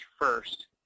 first